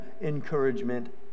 encouragement